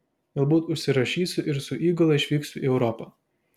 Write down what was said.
galbūt užsirašysiu ir su įgula išvyksiu į europą